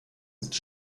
ist